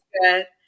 good